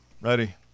ready